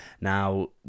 Now